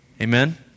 Amen